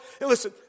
listen